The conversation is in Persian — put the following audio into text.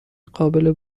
قابل